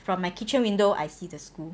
from my kitchen window I see the school